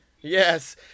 Yes